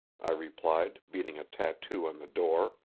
i replied, beating a tattoo on the door.